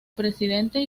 presidente